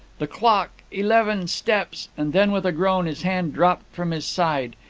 the clock eleven steps and then with a groan his hand dropped from his side,